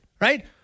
right